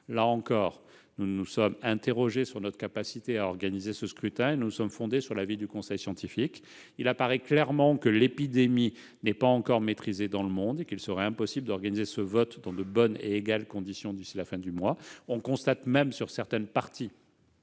Là encore, nous nous sommes interrogés sur notre capacité à organiser ce scrutin, en nous fondant sur l'avis du conseil scientifique. Il apparaît clairement que l'épidémie n'est pas encore maîtrisée dans le monde, et qu'il serait impossible d'organiser ce vote dans de bonnes et égales conditions d'ici la fin du mois. On constate même, sur certains continents,